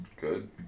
Good